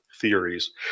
theories